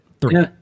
three